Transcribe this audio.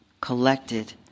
collected